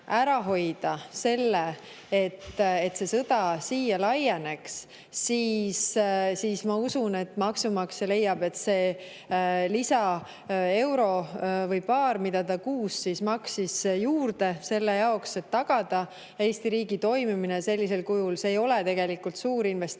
selle, et sõda siia laieneks, siis maksumaksja leiab, et see euro või paar, mis ta kuus maksis juurde selle jaoks, et tagada Eesti riigi toimimine sellisel kujul, ei ole tegelikult suur investeering.